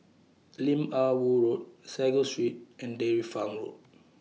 Lim Ah Woo Road Sago Street and Dairy Farm Road